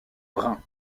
brun